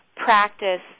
practice